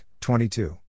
22